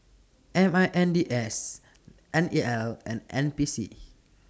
M I N D S N E L and N P C